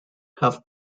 have